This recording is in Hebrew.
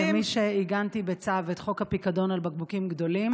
כמי שעיגנה בצו את חוק הפיקדון על בקבוקים גדולים,